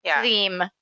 theme